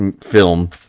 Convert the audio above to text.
film